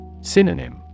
Synonym